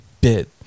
bit